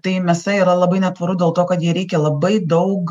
tai mėsa yra labai netvaru dėl to kad jai reikia labai daug